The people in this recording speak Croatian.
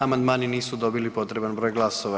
Amandmani nisu dobili potreban broj glasova.